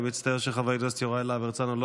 אני מצטער שחבר הכנסת יוראי להב הרצנו לא